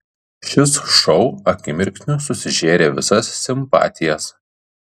šis šou akimirksniu susižėrė visas simpatijas